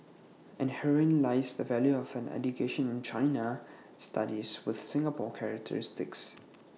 and herein lies the value of an education in China studies with Singapore characteristics